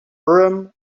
urim